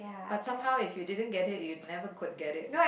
but somehow if you didn't get it you never could get it